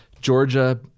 georgia